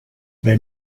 they